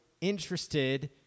interested